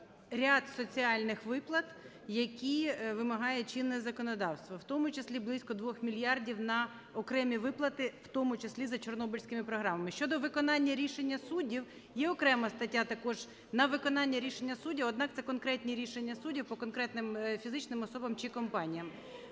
ряд соціальних виплат, які вимагає чинне законодавство, в тому числі близько 2 мільярдів на окремі виплати, в тому числі за чорнобильськими програмами. Щодо виконання рішення суддів є окрема стаття також на виконання рішення суддів. Однак, це конкретні рішення суддів по конкретним фізичним особам чи компаніям.